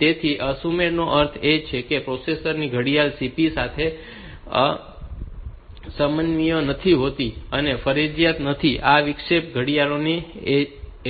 તેથી અસુમેળ નો અર્થ એ કે તે પ્રોસેસર ઘડિયાળ CP સાથે સમન્વયિત નથી હોતી અને તે ફરજિયાત નથી કે આ વિક્ષેપ ઘડિયાળની